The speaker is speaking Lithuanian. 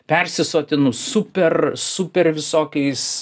persisotinus super super visokiais